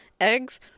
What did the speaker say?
eggs